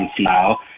now